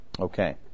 Okay